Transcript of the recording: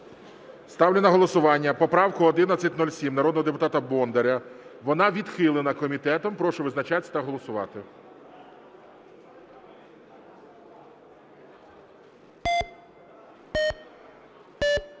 Ставлю на голосування поправку 1107 народного депутата Бондаря. Вона відхилена комітетом. Прошу визначатись та голосувати.